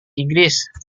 inggris